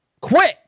Quit